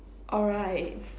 alright